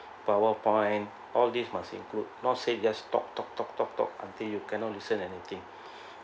power point all these must include not said just talk talk talk talk talk until you cannot listen anything